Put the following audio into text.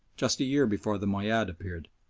just a year before the moayyad appeared.